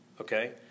okay